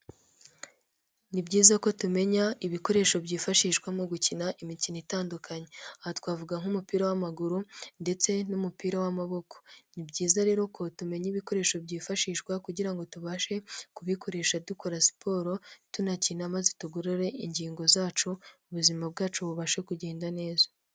Ni byiza ko tumenya ibikoresho byifashishwa mu gukina imikino itandukanye, aha twavuga nk'umupira w'amaguru ndetse n'umupira w'amaboko, ni byiza rero ko tumenya ibikoresho byifashishwa kugira ngo tubashe kubikoresha dukora siporo, tunakina maze tugorore ingingo zacu, ubuzima bwacu bubashe kugenda neza.